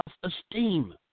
self-esteem